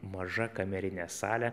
maža kamerinė salė